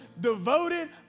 devoted